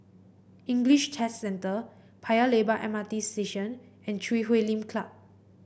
English Test Centre Paya Lebar M R T Station and Chui Huay Lim Club